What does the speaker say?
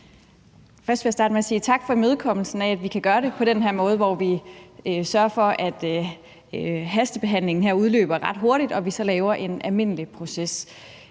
tak for imødekommelsen af, at vi kan gøre det på den her måde, hvor vi sørger for, at det hastebehandlede lovforslag her udløber ret hurtigt, og at vi så laver en almindelig proces.